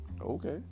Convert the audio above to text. Okay